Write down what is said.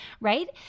right